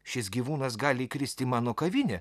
šis gyvūnas gali įkristi į mano kavinę